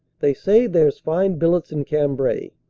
they say there's fine billets in cambrai.